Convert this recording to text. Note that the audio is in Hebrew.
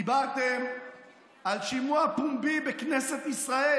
דיברתם על שימוע פומבי בכנסת ישראל,